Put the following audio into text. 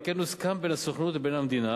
על כן, הוסכם בין הסוכנות לבין המדינה